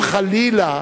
אם חלילה